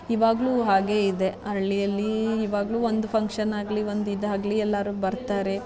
ಇವಾಗಲೂ ಹಾಗೆ ಇದೆ ಹಳ್ಳಿಯಲ್ಲಿ ಇವಾಗಲೂ ಒಂದು ಫಂಕ್ಷನ್ನಾಗಲೀ ಒಂದು ಇದಾಗಲೀ ಎಲ್ಲರೂ ಬರ್ತಾರೆ